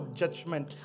judgment